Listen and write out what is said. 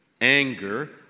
anger